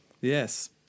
yes